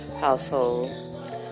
household